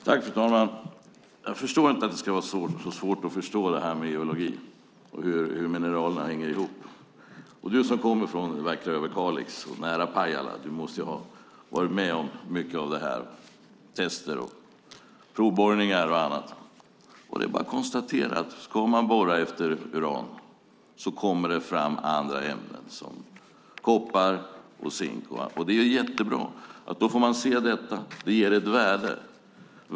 Fru talman! Jag begriper inte att det ska vara så svårt att förstå geologi och hur mineralerna hänger ihop. Karin Åström som kommer från det vackra Överkalix, nära Pajala, måste ha varit med om tester, provborrningar och annat. Det är bara att konstatera att om man ska borra efter uran kommer det fram andra ämnen, till exempel koppar och zink. Det är bra. Då får man se detta, och det ger ett värde.